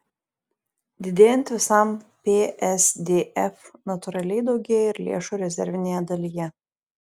didėjant visam psdf natūraliai daugėja ir lėšų rezervinėje dalyje